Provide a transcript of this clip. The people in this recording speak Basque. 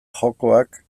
jokoak